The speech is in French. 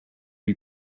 lui